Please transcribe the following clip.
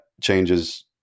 changes